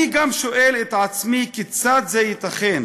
אני גם שואל את עצמי כיצד זה ייתכן